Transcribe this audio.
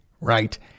right